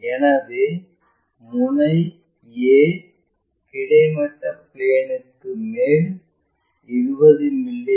எனவே முனை a கிடைமட்ட பிளேன்ற்கு மேல் 20 மி